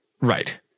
Right